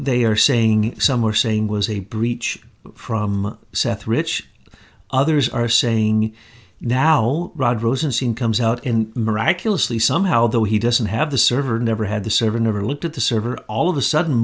they are saying some are saying was a breach from seth rich others are saying now rod rosenstein comes out and miraculously somehow though he doesn't have the server never had the server never looked at the server all of a sudden